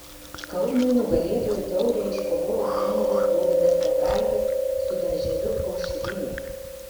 kaunui nugalėtojų taurę iškovojo treneris dovydas petraitis su darželiu aušrinė